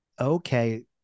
okay